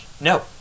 No